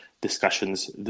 discussions